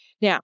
Now